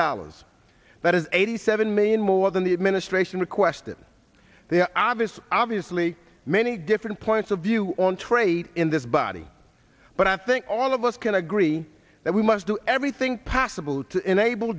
dollars that is eighty seven million more than the administration requested there are obvious obviously many different points of view on trade in this body but i think all of us can agree that we must do everything possible to enable